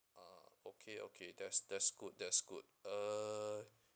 ah okay okay that's that's good that's good uh